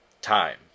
time